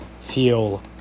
feel